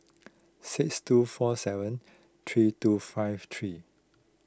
six two four seven three two five three